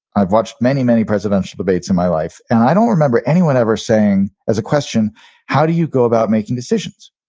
i've watched many many presidential debates in my life, and i don't remember anyone ever saying as a question how do you go about making decision?